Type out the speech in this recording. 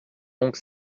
donc